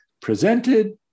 presented